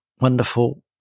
wonderful